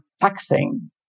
taxing